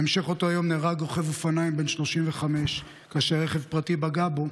בהמשך אותו יום נהרג רוכב אופניים בן 35 כאשר רכב פרטי פגע בו,